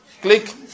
Click